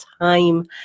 time